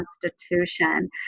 constitution